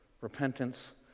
Repentance